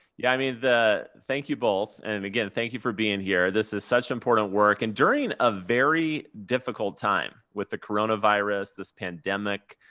yeah, i mean, thank you both. and and again, thank you for being here. this is such important work, and during a very difficult time with the coronavirus, this pandemic.